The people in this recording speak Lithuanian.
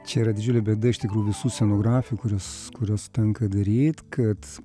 čia yra didžiulė bėda iš tikrųjų visų scenografijų kuriuos kuriuos tenka daryt kad